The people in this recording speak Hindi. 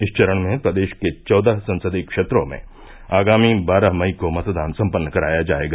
इस चरण में प्रदेश के चौदह संसदीय क्षेत्रों में आगामी बारह मई को मतदान सम्पन्न कराया जायेगा